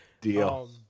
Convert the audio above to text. Deal